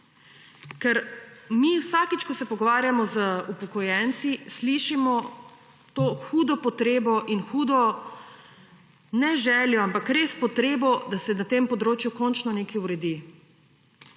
Ker mi vsakič, ko se pogovarjamo z upokojenci, slišimo to hudo potrebo in hudo ne željo, ampak res potrebo, da se na tem področju končno nekaj uredi.